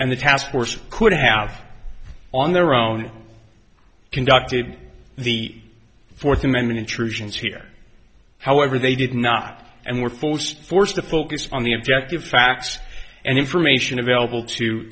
and the task force could have on their own conducted the fourth amendment intrusions here however they did not and were forced forced to focus on the objective facts and information available to